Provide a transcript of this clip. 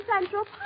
Central